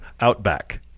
outback